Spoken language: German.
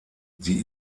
sie